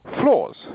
flaws